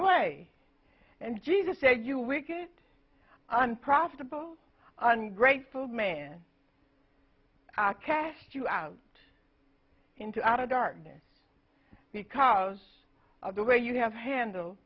away and jesus said you wicked unprofitable ungrateful man i cast you out into outer darkness because of the way you have handled